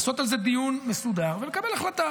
לעשות על זה דיון מסודר ולקבל החלטה.